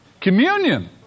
Communion